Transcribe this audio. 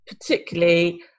particularly